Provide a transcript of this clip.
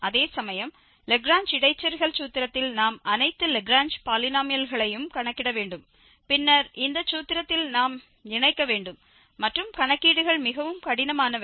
அதேசமயம் லாக்ரேஞ்ச் இடைச்செருகல் சூத்திரத்தில் நாம் அனைத்து லாக்ரேஞ்ச் பாலினோமியல்களையும் கணக்கிட வேண்டும் பின்னர் இந்த சூத்திரத்தில் நாம் இணைக்க வேண்டும் மற்றும் கணக்கீடுகள் மிகவும் கடினமானவை